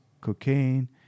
cocaine